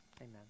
Amen